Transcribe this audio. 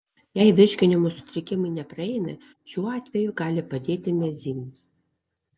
jei virškinimo sutrikimai nepraeina šiuo atveju gali padėti mezym